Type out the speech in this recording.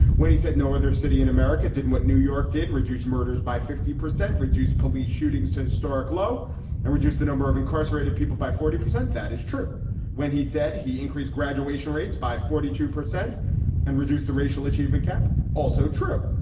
when he said no other city in america didn't what new york did reduce murders by fifty percent, reduced police shootings to historic low and reduced the number of incarcerated people by forty percent? that is true when he said he increased graduation rates by forty two percent and reduce the racial achievement gap. also true.